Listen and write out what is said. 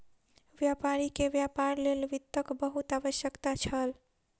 व्यापारी के व्यापार लेल वित्तक बहुत आवश्यकता छल